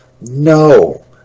No